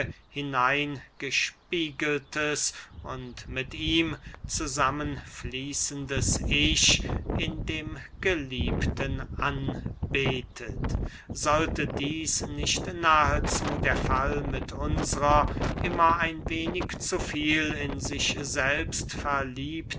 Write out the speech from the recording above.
hinein gespiegeltes und mit ihm zusammenfließendes ich in dem geliebten anbetet sollte dieß nicht nahezu der fall mit unsrer immer ein wenig zu viel in sich selbst